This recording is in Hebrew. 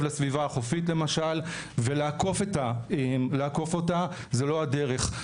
לסביבה החופית למשל ולעקוף אותה זה לא הדרך.